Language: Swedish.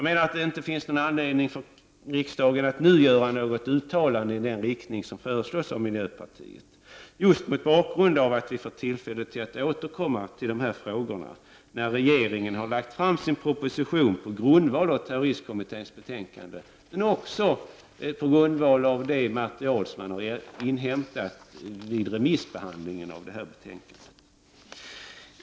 Men det finns ingen anledning av riksdagen att nu göra några uttalanden av de slag som föreslås av miljöpartiet. Riksdagen får ju tillfälle att behandla dessa frågor senare i år efter det att regeringen har lagt fram sin proposition på grundval av terroristkommitténs betänkande men också på grundval av det material som har inhämtats vid remissbehandlingen av betänkandet.